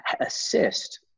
assist